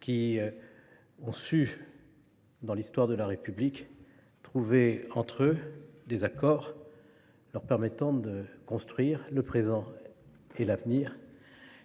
qui ont su, dans l’histoire de la République, trouver entre eux des accords leur permettant de construire le présent et l’avenir